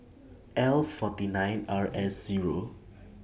L forty nine R S Zero